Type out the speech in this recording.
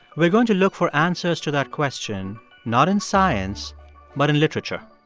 we're going to look for answers to that question, not in science but in literature.